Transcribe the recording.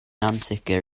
ansicr